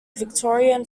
victorian